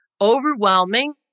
overwhelming